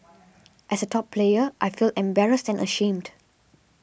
as a top player I feel embarrassed and ashamed